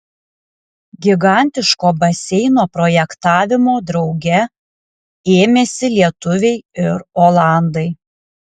gigantiško baseino projektavimo drauge ėmėsi lietuviai ir olandai